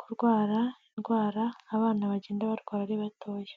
kurwara indwara abana bagenda barwara ari batoya.